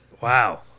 wow